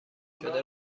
شده